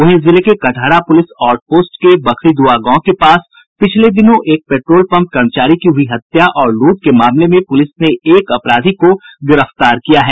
वहीं जिले के कटहरा पुलिस आउट पोस्ट के बखरीदुआ गांव के पास पिछले दिनों एक पेट्रोलपंप कर्मचारी की हुयी हत्या और लूट मामले में पुलिस ने एक अपराधी को गिरफ्तार कर लिया गया है